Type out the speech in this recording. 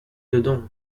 dedans